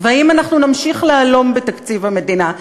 והאם אנחנו נמשיך להלום בתקציב המדינה,